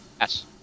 yes